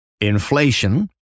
inflation